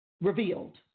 revealed